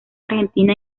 argentina